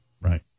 Right